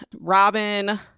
Robin